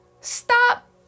stop